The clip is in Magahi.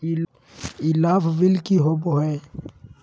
ई लाभ बिल की होबो हैं?